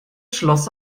schloss